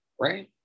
right